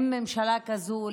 עם ממשלה כזו,